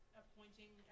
appointing